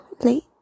late